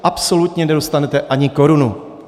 Absolutně nedostanete ani korunu.